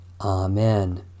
Amen